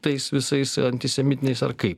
tais visais antisemitiniais ar kai